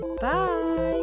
bye